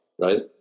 right